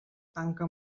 tanca